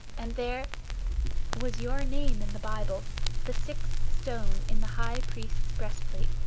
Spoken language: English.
and there was your name in the bible the sixth stone in the high priest's breastplate.